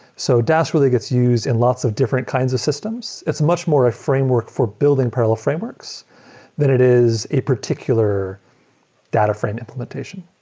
so dask gets used in lots of different kinds of systems. it's much more a framework for building parallel frameworks that it is a particular data frame implementation.